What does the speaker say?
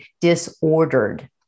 disordered